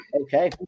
Okay